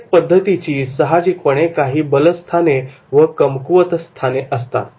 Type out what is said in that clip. प्रत्येक पद्धतीची सहाजिपणे काही बलस्थाने व कमकुवतस्थाने असतात